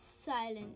silent